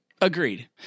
Agreed